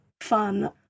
fun